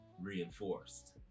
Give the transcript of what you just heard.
reinforced